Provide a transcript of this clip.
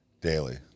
daily